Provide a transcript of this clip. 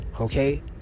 okay